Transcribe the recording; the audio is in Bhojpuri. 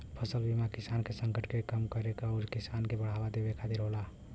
फसल बीमा किसान के संकट के कम करे आउर किसान के बढ़ावा देवे खातिर होला